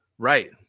right